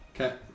okay